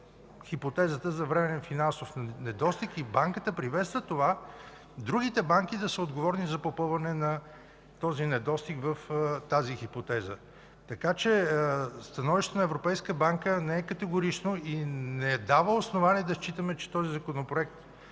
хипотезата за временен финансов недостиг и банката приветства това другите банки да са отговорни за попълване на този недостиг в тази хипотеза, така че становището на Европейската банка не е категорично и не дава основание да считаме, че този Законопроект